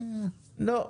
לא.